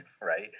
Right